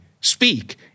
speak